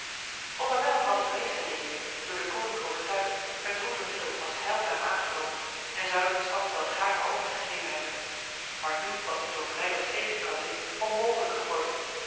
onderwijl hadden de meeste dekens door deconinck overtuigd het droeve middel als heilzaam aangenomen en zouden de stad wel gaarne overgegeven hebben maar nu was dit door breydels tegenkanting onmogelijk geworden